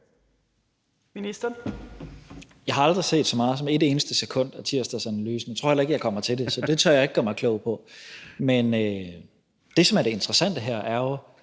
Jeg har ikke set så meget som et eneste sekund af Tirsdagsanalysen, og jeg tror heller ikke, jeg kommer til det, så det tør jeg ikke gøre mig klog på. Men det, som er det interessante her, er jo,